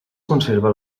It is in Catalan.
conserva